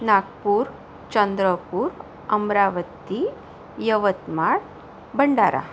Nagpur Chandrapur Amravati Yavatmal Bhandara